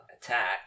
attack